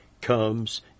comes